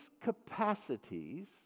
capacities